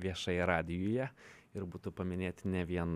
viešai radijuje ir būtų paminėti ne vien